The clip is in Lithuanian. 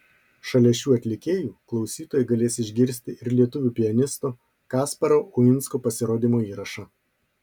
šalia šių atlikėjų klausytojai galės išgirsti ir lietuvių pianisto kasparo uinsko pasirodymo įrašą